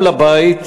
גם לבית,